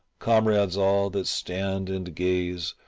comrades all, that stand and gaze,